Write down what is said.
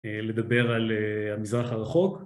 לדבר על המזרח הרחוק